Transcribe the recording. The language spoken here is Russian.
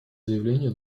заявление